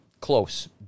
Close